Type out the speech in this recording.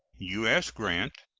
u s. grant,